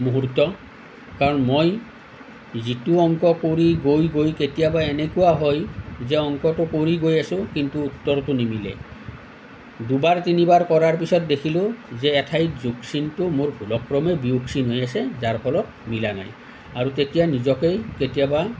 মূহূৰ্ত কাৰণ মই যিটো অংক কৰি গৈ গৈ কেতিয়াবা এনেকুৱা হয় যে অংকটো কৰি গৈ আছোঁ কিন্তু উত্তৰটো নিমিলে দুবাৰ তিনিবাৰ কৰাৰ পিছত দেখিলোঁ যে এঠাইত যোগ চিনটো মোৰ ভুলক্ৰমে বিয়োগ চিন হৈ আছে যাৰ ফলত মিলা নাই আৰু তেতিয়া নিজকেই কেতিয়াবা